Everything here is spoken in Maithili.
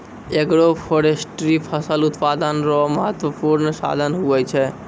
एग्रोफोरेस्ट्री फसल उत्पादन रो महत्वपूर्ण साधन हुवै छै